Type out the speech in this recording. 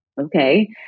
okay